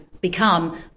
become